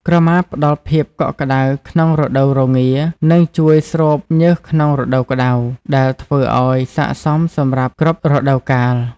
ក្រមាផ្តល់ភាពកក់ក្តៅក្នុងរដូវរងា និងជួយស្រូបញើសក្នុងរដូវក្តៅ ដែលធ្វើឱ្យវាស័ក្តិសមសម្រាប់គ្រប់រដូវកាល។